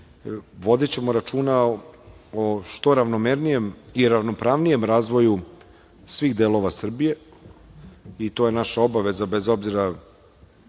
vodićemo računa o što ravnomerenijem i ravnopravnijem razvoju svih delova Srbije i to je naša obaveza, bez obzira